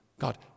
God